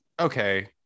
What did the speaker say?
Okay